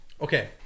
okay